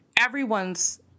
Everyone's